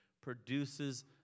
produces